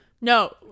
no